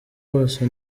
bose